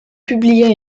publia